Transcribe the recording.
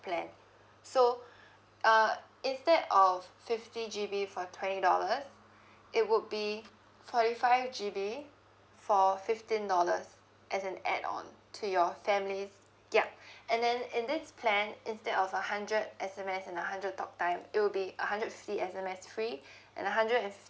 plan so uh instead of fifty G_B for twenty dollars it would be forty five G_B for fifteen dollars as an add on to your family yup and then in this plan instead of a hundred S_M_S and a hundred talk time it will be a hundred fifty S_M_S free and a hundred and fif~